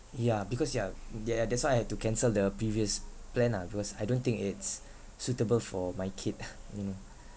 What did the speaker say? ya because ya ya ya that's why I have to cancel the previous plan ah because I don't think it's suitable for my kid mm